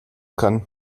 kann